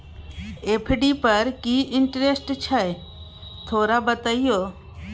FD पर की interest छय थोरा बतईयो?